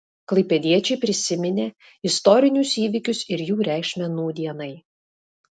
klaipėdiečiai prisiminė istorinius įvykius ir jų reikšmę nūdienai